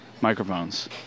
microphones